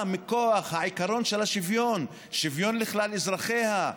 מכוח העיקרון של השוויון שוויון לכלל אזרחיה,